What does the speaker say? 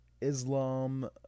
Islam